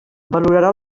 valorarà